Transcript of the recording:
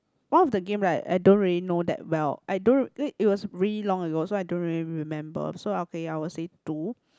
one of the game right I don't really know that well I don't r~ eh it was really long ago so I don't really remember so okay ya I will say two